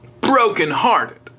brokenhearted